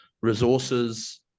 resources